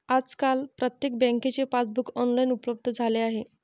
आजकाल प्रत्येक बँकेचे पासबुक ऑनलाइन उपलब्ध झाले आहे